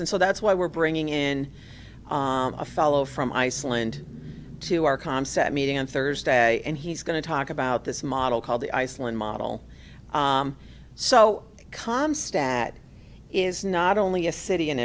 and so that's why we're bringing in a fellow from iceland to our concept meeting on thursday and he's going to talk about this model called the iceland model so com stad is not only a city in